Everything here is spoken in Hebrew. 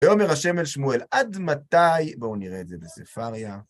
ואומר השם אל שמואל, עד מתי? בואו נראה את זה בספריא.